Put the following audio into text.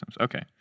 Okay